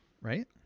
right